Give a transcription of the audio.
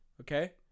Okay